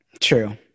True